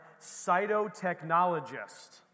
cytotechnologist